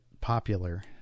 popular